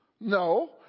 No